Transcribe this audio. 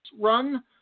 run